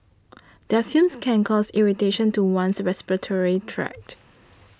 their fumes can cause irritation to one's respiratory tract